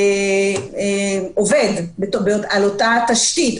עובד על אותה תשתית,